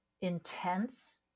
intense